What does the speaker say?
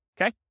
okay